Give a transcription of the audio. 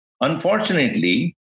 unfortunately